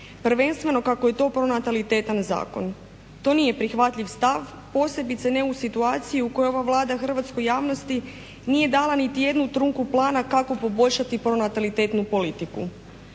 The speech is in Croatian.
Prvenstveno kako je to pronatalitetan zakon. To nije prihvatljiv stav posebice ne u situaciji u kojoj ova Vlada ovoj javnosti nije dala niti jednu trunku plana kako poboljšati pronatalitetnu politiku.